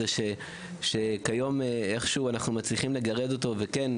שאנחנו איכשהו מצליחים לגרד כיום וכן,